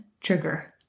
trigger